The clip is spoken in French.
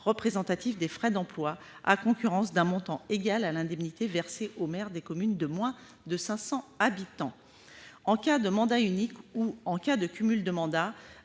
représentatif de frais d'emplois, à concurrence d'un montant égal à l'indemnité versée aux maires des communes de moins de 500 habitants en cas de mandat unique ou, en cas de cumul de mandats,